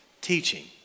teaching